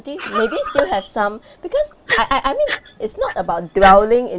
~tive maybe still have some because I I I mean it's not about dwelling